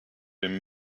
been